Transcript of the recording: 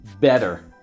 better